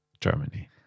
Germany